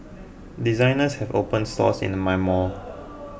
designers have opened stores into my mall